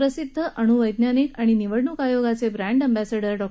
प्रसिद्ध अणुवैज्ञानिक आणि निवडणूक आयोगाचे ब्रँड अम्बॅसेडर डॉ